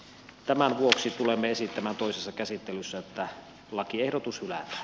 tämän vuoksi tulemme esittämään toisessa käsittelyssä että lakiehdotus hylätään